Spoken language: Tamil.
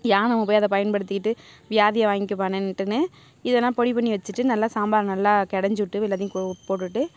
யா நம்ம போய் அதை பயன்படுத்திகிட்டு வியாதியை வாங்குவானேனுன்ட்டுனு இதெல்லாம் பொடி பண்ணி வச்சுட்டு நல்லா சாம்பார் நல்லா கடஞ்சுவிட்டு எல்லாத்தையும் போ போட்டுவிட்டு